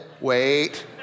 wait